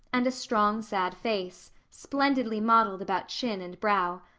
and a strong, sad face, splendidly modeled about chin and brow.